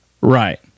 right